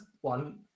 one